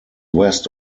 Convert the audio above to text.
west